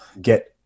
get